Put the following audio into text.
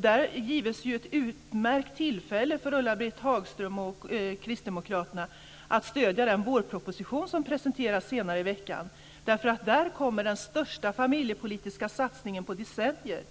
Där gives ett utmärkt tillfälle för Ulla-Britt Hagström och kristdemokraterna att stödja den vårproposition som presenteras senare i veckan, därför att där kommer den största familjepolitiska satsningen på decennier,